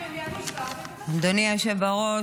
אדוני היושב-ראש,